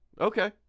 Okay